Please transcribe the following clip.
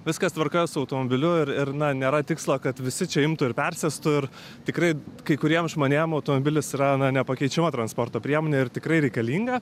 viskas tvarka su automobiliu ir ir na nėra tikslo kad visi čia imtų ir persėstų ir tikrai kai kuriem žmonėm automobilis yra na nepakeičiama transporto priemonė ir tikrai reikalinga